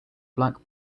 black